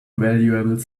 valuable